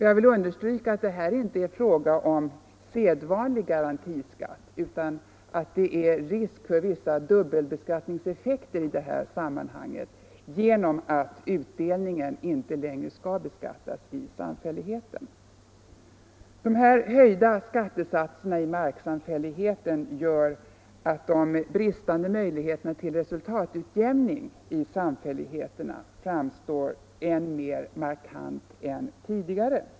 Jag vill understryka att det här inte är fråga om sedvanliga garantiskatteeffekter utan att det i detta sammanhang finns risk för vissa dubbelbeskattningseffekter genom att utdelningen inte längre skall beskattas i samfälligheten. De höjda skattesatserna i marksamfälligheten gör att de bristande möj ligheterna till resultatutjämning i samfälligheterna framstår ännu mer markant än tidigare.